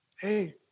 hey